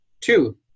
two